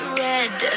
red